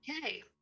okay